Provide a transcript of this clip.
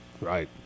right